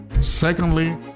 Secondly